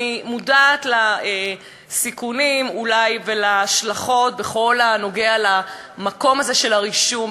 אני מודעת לסיכונים ולהשלכות בכל הקשור למקום הזה של הרישום,